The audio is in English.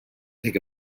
take